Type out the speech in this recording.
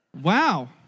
Wow